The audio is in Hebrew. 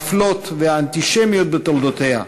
המפלות והאנטישמיות בתולדותיה,